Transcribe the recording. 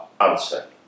answer